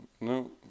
no